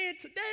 today